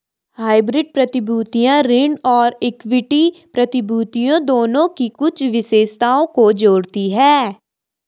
hybrid प्रतिभूतियां ऋण और इक्विटी प्रतिभूतियों दोनों की कुछ विशेषताओं को जोड़ती हैं